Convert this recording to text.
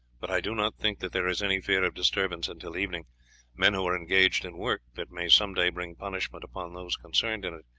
but i do not think that there is any fear of disturbance until evening men who are engaged in work, that may some day bring punishment upon those concerned in it,